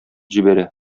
җибәрә